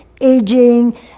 aging